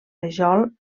rajol